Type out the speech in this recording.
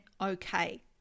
okay